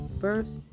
first